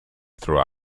through